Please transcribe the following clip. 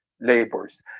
laborers